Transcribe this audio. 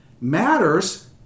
matters